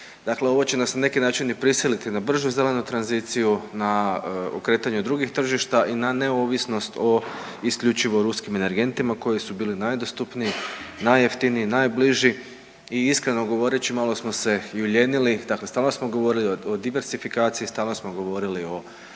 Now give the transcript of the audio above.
dakle ovo će nas na neki način i prisiliti na bržu zelenu tranziciju, na okretanju drugih tržišta i na neovisnost o isključivo ruskim energentima koji su bili najdostupniji, najjeftiniji, najbliži i iskreno govoreći malo smo se i ulijenili. Dakle, stalno smo govorili o diversifikaciji, stalno smo govorili o